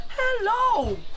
hello